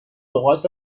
لغات